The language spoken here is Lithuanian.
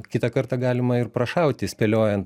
kitą kartą galima ir prašauti spėliojant